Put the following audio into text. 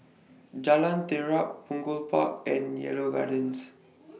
Jalan Terap Punggol Park and Yarrow Gardens